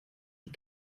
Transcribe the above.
die